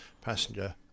passenger